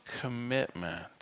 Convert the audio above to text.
commitment